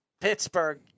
Pittsburgh